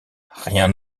rien